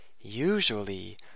Usually